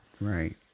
Right